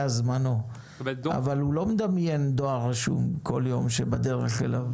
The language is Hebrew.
זמנו אבל לא כל יום הוא מדמיין דואר רשום שבדרך אליו.